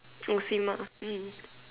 it was him ah mm